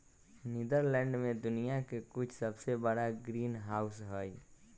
Netherlands में दुनिया के कुछ सबसे बड़ा ग्रीनहाउस हई